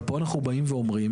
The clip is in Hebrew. אבל פה אנחנו באים ואומרים,